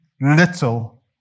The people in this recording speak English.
little